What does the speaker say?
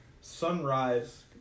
Sunrise